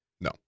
No